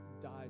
died